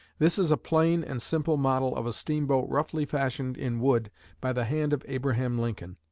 this is a plain and simple model of a steamboat roughly fashioned in wood by the hand of abraham lincoln.